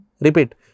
Repeat